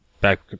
back